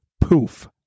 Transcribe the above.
Poof